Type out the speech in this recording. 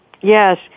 Yes